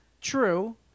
True